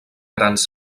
grans